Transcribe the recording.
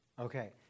Okay